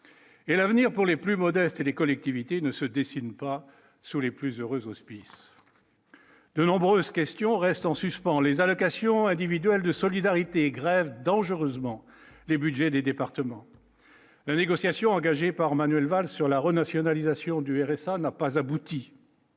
Et l'avenir pour les plus modestes et les collectivités ne se dessine pas sous les plus heureux auspices de nombreuses questions restent en suspend les allocations individuelles de solidarité grèvent dangereusement les Budgets des départements, la négociation engagée par Manuel Valls sur la renationalisation du RSA n'a pas abouti.